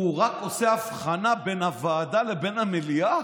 הוא רק עושה הבחנה בין הוועדה לבין המליאה.